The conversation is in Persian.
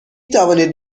توانید